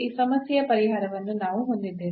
ಈ ಸಮಸ್ಯೆಯ ಪರಿಹಾರವನ್ನು ನಾವು ಹೊಂದಿದ್ದೇವೆ